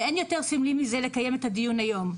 ואין יותר סמלי מזה לקיים את הדיון היום.